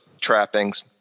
trappings